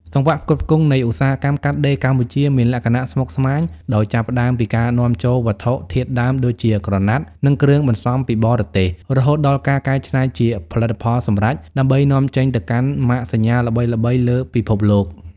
សង្វាក់ផ្គត់ផ្គង់នៃឧស្សាហកម្មកាត់ដេរកម្ពុជាមានលក្ខណៈស្មុគស្មាញ ដោយចាប់ផ្ដើមពីការនាំចូលវត្ថុធាតុដើមដូចជាក្រណាត់ និងគ្រឿងបន្សំពីបរទេស រហូតដល់ការកែច្នៃជាផលិតផលសម្រេចដើម្បីនាំចេញទៅកាន់ម៉ាកសញ្ញាល្បីៗលើពិភពលោក។